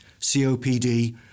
COPD